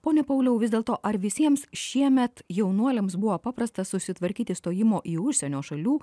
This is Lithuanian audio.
pone pauliau vis dėlto ar visiems šiemet jaunuoliams buvo paprasta susitvarkyti stojimo į užsienio šalių